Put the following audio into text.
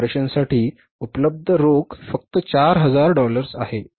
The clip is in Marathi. ऑपरेशनसाठी उपलब्ध रोख फक्त 4000 डॉलर्स आहे